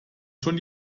schon